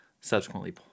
subsequently